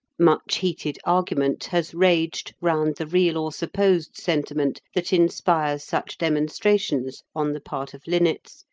much heated argument has raged round the real or supposed sentiment that inspires such demonstrations on the part of linnets,